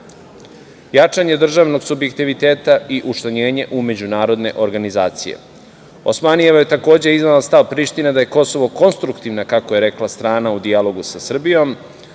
jačanje državnog subjektiviteta i uplanjenje u međunarodne organizacije. Osmanijeva je takođe iznela stav Prištine da je Kosovo konstruktivna, kako je rekla, strana u dijalogu sa Srbijom,